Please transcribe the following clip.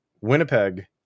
Winnipeg